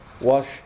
wash